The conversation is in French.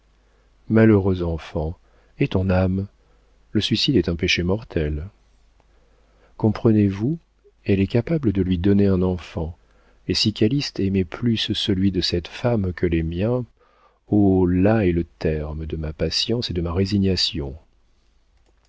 malheureuse enfant et ton âme le suicide est un péché mortel comprenez-vous elle est capable de lui donner un enfant et si calyste aimait plus celui de cette femme que les miens oh là est le terme de ma patience et de ma résignation